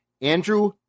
Andrew